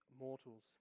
mortals